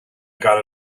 got